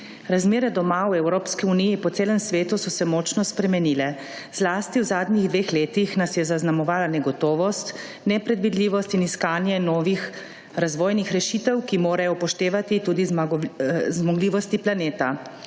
Razmere doma, v Evropski uniji, po celem svetu so se močno spremenile, zlasti v zadnjih dveh letih nas je zaznamovala negotovost, nepredvidljivost in iskanje novih razvojnih rešitev, ki morajo upoštevati tudi zmogljivosti planeta.